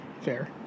Fair